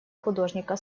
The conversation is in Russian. художника